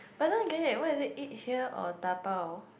but I don't get it eh why is it eat here or dabao